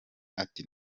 ati